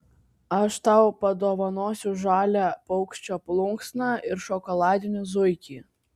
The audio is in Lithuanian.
aš tau padovanosiu žalią paukščio plunksną ir šokoladinį zuikį